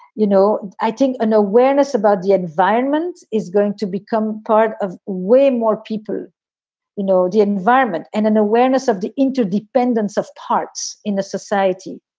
you know, i think an awareness about the environment is going to become part of way. more people you know the environment and an awareness of the interdependence of parts in the society.